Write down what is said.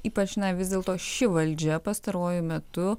ypač na vis dėlto ši valdžia pastaruoju metu